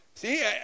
See